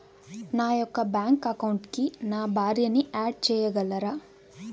నా యొక్క బ్యాంక్ అకౌంట్కి నా భార్యని యాడ్ చేయగలరా?